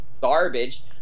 garbage